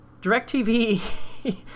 DirecTV